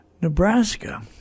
Nebraska